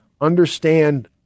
understand